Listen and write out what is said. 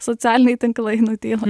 socialiniai tinklai nutyla